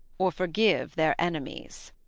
or forgive their enemies.